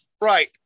Right